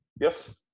yes